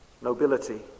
nobility